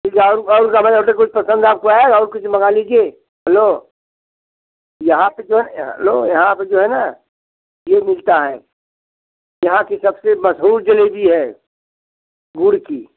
कुछ और और हमाए यहाँ का कुछ पसंद आपको आया और कुछ मंगा लीजिए हलो यहाँ पे जो हलो यहाँ पे जो है ना ये मिलता है यहाँ की सबसे मसहूर जलेबी है गुड़ की